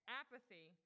apathy